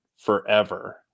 forever